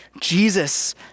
Jesus